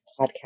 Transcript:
podcast